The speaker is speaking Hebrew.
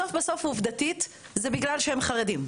בסוף, בסוף, עובדתית, זה בגלל שהם חרדים.